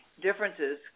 Differences